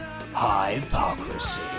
hypocrisy